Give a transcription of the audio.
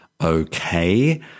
okay